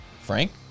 Frank